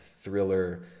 thriller